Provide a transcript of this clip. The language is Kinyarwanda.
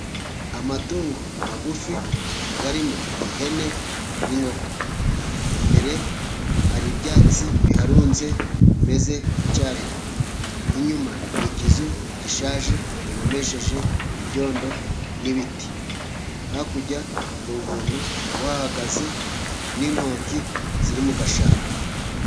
Amatungo magufi arimo ihene n'inkoko . Imbere hari ibyatsi biharunze, bimeze nk'icyarire . Inyuma ni ikizu gishaje gihomesheje ibyondo n'ibiti. Hakurya hari umuntu uhagaze n'intoki ziri mu gashyamba.